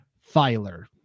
Filer